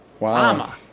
Mama